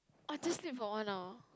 orh just sleep for one hour